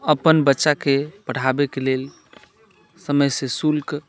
अपन बच्चाके पढ़ाबैके लेल समयसँ शुल्क